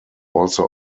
also